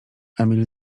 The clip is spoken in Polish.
emil